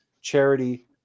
charity